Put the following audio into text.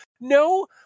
no